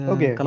Okay